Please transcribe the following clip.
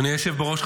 אדוני היושב בראש,